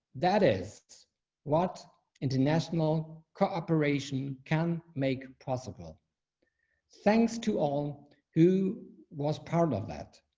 that is what international cooperation can make possible thanks to all who was part of that.